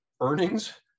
earnings